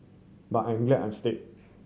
but I'm glad I'm stayed